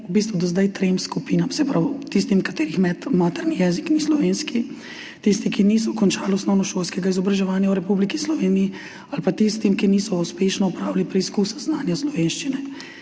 v bistvu do zdaj trem skupinam. Se pravi tistim, katerih materni jezik ni slovenski, tistim, ki niso končali osnovnošolskega izobraževanja v Republiki Sloveniji, ali pa tistim, ki niso uspešno opravili preizkusa znanja slovenščine.